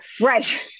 Right